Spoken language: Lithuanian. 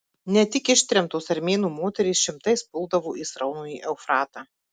ne tik ištremtos armėnų moterys šimtais puldavo į sraunųjį eufratą